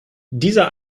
dieser